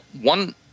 one